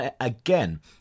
again